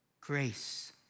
Grace